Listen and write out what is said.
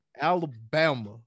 Alabama